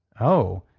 oh,